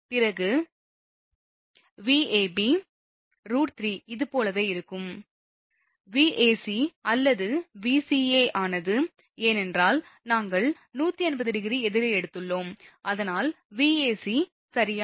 பிறகு பின்னர் Vab √3 இதுபோலவே இருக்கும் Vac அது Vca ஆனது ஏனென்றால் நாங்கள் 180° எதிரே எடுத்துள்ளோம் அதனால் Vac சரியா